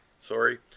sorry